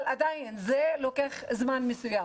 אבל עדיין זה לוקח זמן מסוים.